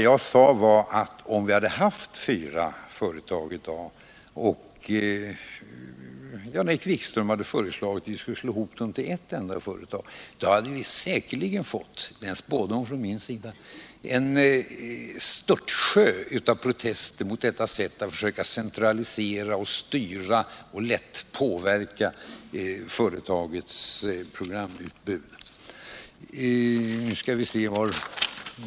Jag sade att om vi hade haft fyra företag i dag och Jan-Erik Wikström föreslagit att vi skulle slå ihop dem till ett enda företag, hade vi säkerligen fått — det är en spådom från min sida — en störtsjö av protester mot detta sätt att försöka centralisera, styra och påverka företagens programutbud.